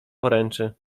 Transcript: poręczy